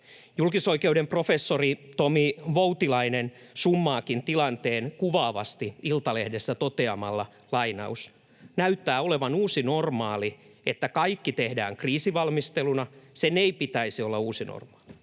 Julkisoikeuden professori Tomi Voutilainen summaakin tilanteen kuvaavasti Iltalehdessä toteamalla: ”Näyttää olevan uusi normaali, että kaikki tehdään kriisivalmisteluna. Sen ei pitäisi olla uusi normaali,